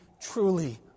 truly